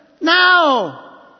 Now